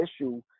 issue